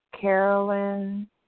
Carolyn